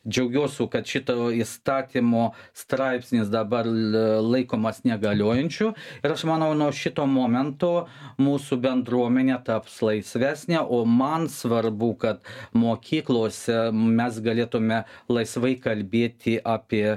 džiaugiuosi kad šito įstatymo straipsnis dabar laikomas negaliojančiu ir aš manau nuo šito momento mūsų bendruomenė taps laisvesnė o man svarbu kad mokyklose mes galėtume laisvai kalbėti apie